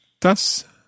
das